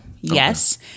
yes